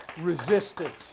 resistance